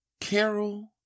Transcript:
Carol